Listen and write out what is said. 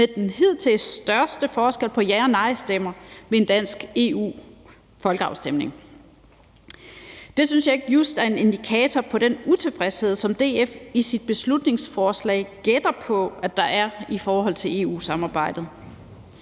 med den hidtil største forskel på ja og nej-stemmer ved en dansk EU-folkeafstemning. Det synes jeg ikke just er en indikator på den utilfredshed, som DF i sit beslutningsforslag gætter på der er i forhold til EU-samarbejdet.